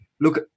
look